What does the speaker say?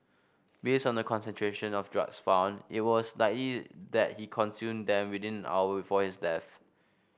based on the concentration of drugs found it was that he consumed them within an hour before his death